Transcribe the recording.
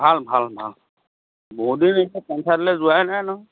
ভাল ভাল ভাল বহুতদিন এতিয়া পঞ্চায়তলৈ যোৱাই নাই নহয়